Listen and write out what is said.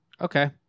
Okay